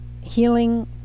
healing